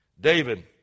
David